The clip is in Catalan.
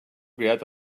cridat